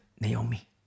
Naomi